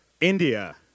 India